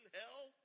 hell